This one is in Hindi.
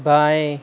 बाएं